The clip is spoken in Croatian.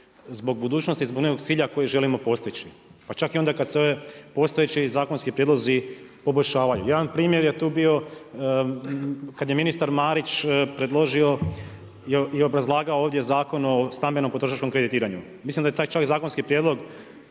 zbog budućnosti, zbog nekog cilja kojeg želimo postići, pa čak i onda kad se postojeći zakonski prijedlozi poboljšavaju. Jedan primjer je tu bio kad je ministar Marić predložio i obrazlagao ovdje Zakon o stambenom potrošačkom kreditiranju. Mislim da je taj čak zakonski prijedlog